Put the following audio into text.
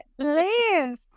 please